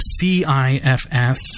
CIFS